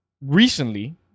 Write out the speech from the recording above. recently